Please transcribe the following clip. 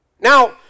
Now